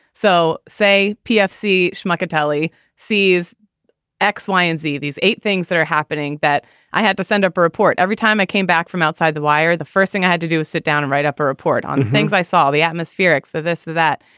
so say pfc pfc shmuck, italy sees x, y and z. these eight things that are happening that i had to send up a report every time i came back from outside the wire, the first thing i had to do was sit down and write up a report on things. i saw the atmospherics of this that.